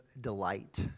delight